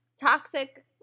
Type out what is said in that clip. toxic